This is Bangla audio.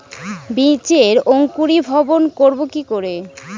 বীজের অঙ্কুরিভবন করব কি করে?